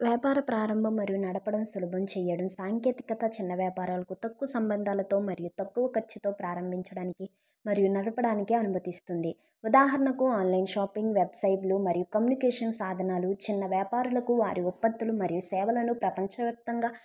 వ్యాపార ప్రారంభం మరియు నడపడం సులభం చేయడం సాంకేతికత చిన్న వ్యాపారాలకు తక్కువ సంబంధాలతో మరియు తక్కువ ఖర్చుతో ప్రారంభించడానికి మరియు నడపడానికి అనుమతిస్తుంది ఉదాహరణకు ఆన్లైన్ షాపింగ్ వెబ్సైట్లు మరియు కమ్యూనికేషన్ సాధనాలు చిన్న వ్యాపారులకు వారి ఉత్పత్తులు మరియు సేవలను ప్రపంచవ్యాప్తంగా